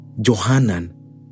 Johanan